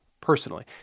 personally